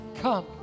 Come